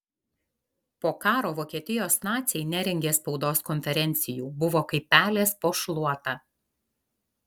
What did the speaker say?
po karo vokietijos naciai nerengė spaudos konferencijų buvo kaip pelės po šluota